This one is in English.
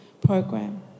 program